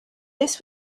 this